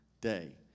day